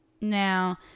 Now